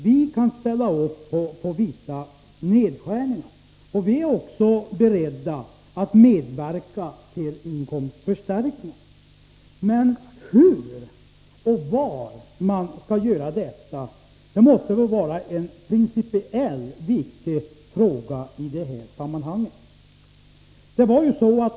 Vi kan gå med på vissa nedskärningar, och vi är också beredda att medverka till inkomstförstärkningar. Hur och var detta skall ske måste emellertid vara en principiellt viktig fråga i det här sammanhanget.